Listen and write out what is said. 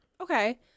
Okay